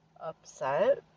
upset